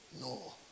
No